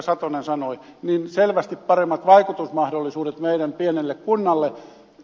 satonen sanoi selvästi paremmat vaikutusmahdollisuudet meidän pienelle kunnallemme